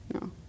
No